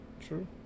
True